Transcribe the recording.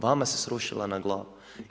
Vama se srušila na glavu.